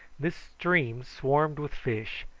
this stream swarmed with fish,